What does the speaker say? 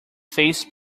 face